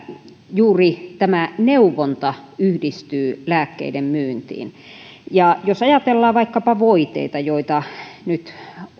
juuri tämä neuvonta yhdistyy lääkkeiden myyntiin jos ajatellaan vaikkapa voiteita joita nyt